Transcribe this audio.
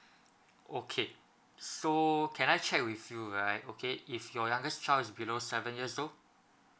okay so can I check with you right okay is your youngest child is below seven years old